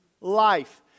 life